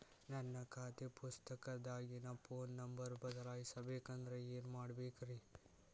ನನ್ನ ಖಾತೆ ಪುಸ್ತಕದಾಗಿನ ಫೋನ್ ನಂಬರ್ ಬದಲಾಯಿಸ ಬೇಕಂದ್ರ ಏನ್ ಮಾಡ ಬೇಕ್ರಿ?